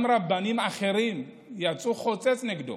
גם רבנים אחרים, יצאו חוצץ נגדו,